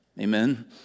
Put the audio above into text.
Amen